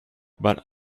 but